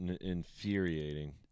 infuriating